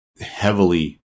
heavily